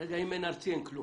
אם אין ארצי, אין כלום.